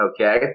Okay